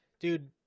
Dude